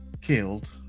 killed